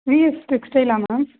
we S டெக்ஸ்டைலா ma'am